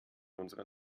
unserer